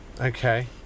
Okay